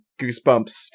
Goosebumps